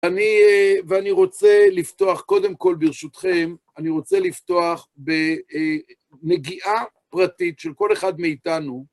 ואני רוצה לפתוח, קודם כל ברשותכם, אני רוצה לפתוח בנגיעה פרטית של כל אחד מאיתנו.